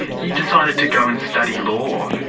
you decided to go and study law,